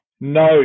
No